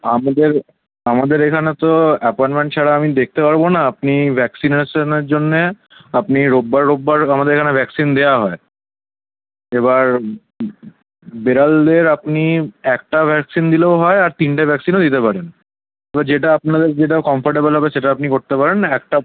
আমাদের আমাদের এখানে তো অ্যাপয়েন্টমেন্ট ছাড়া আমি দেখতে পারবো না আপনি ভ্যাকসিনেশানের জন্যে আপনি রোববার রোববার আমাদের এখানে ভ্যাকসিন দেওয়া হয় এবার বেড়ালদের আপনি একটা ভ্যাকসিন দিলেও হয় আর তিনটে ভ্যাকসিনও দিতে পারেন এবার যেটা আপনাদের যেটা কম্ফোর্টেবেল হবে সেটা আপনি করতে পারেন একটা